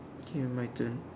okay my turn